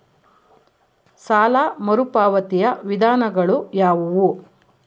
ಸಾಲ ಮರುಪಾವತಿಯ ವಿಧಾನಗಳು ಯಾವುವು?